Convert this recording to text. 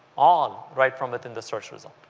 all right from within the search result.